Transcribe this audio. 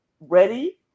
ready